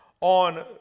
on